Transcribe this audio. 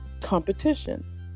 competition